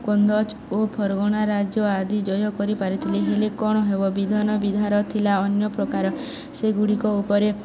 କନ୍ଦଜ୍ ଓ ଫର୍ଗଣା ରାଜ୍ୟ ଆଦି ଜୟ କରିପାରିଥିଲେି ହେଲେ କ'ଣ ହେବ ବିଧିର ବିଧାନ ଥିଲା ଅନ୍ୟ ପ୍ରକାର ସେଗୁଡ଼ିକ ଉପରେ